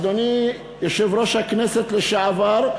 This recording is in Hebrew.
אדוני יושב-ראש הכנסת לשעבר,